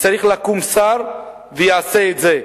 צריך לקום שר שיעשה את זה,